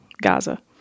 Gaza